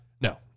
No